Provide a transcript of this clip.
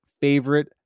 favorite